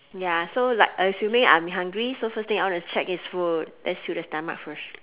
ya so like assuming I'm hungry so first thing I wanna check is food let's do the stomach first